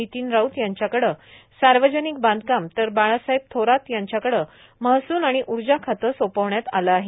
नितीन राऊत यांच्याकडे सार्वजनिक बांधकाम तर बाळासाहेब थोरात यांच्याकडे महसूल आणि उर्जा खातं सोपविण्यात आलं आहे